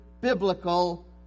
biblical